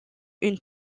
une